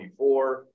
24